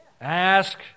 Ask